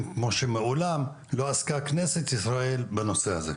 כמו שמעולם לא עסקה כנסת ישראל בנושא הזה.